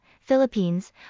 philippines